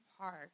Park